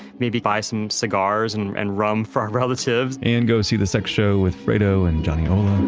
maybe buy some cigars and and rum for our relatives and go see the sex show with fredo and johnny ola